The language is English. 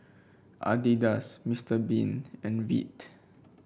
Adidas Mister Bean and Veet